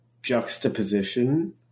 juxtaposition